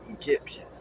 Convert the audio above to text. Egyptian